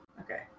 Okay